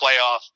playoff